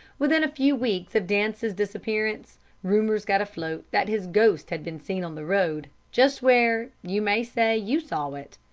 within a few weeks of dance's disappearance rumours got afloat that his ghost had been seen on the road, just where, you may say, you saw it.